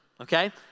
okay